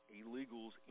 illegals